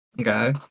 okay